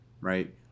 right